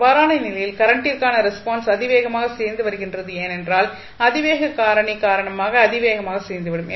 அவ்வாறான நிலையில் கரண்டிற்கான ரெஸ்பான்ஸ் அதிவேகமாக சிதைந்து வருகின்றது ஏனென்றால் அதிவேக காரணி காரணமாக அதிவேகமாக சிதைந்துவிடும்